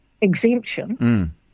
exemption